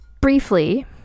briefly